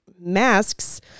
masks